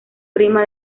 prima